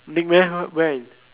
they meet her when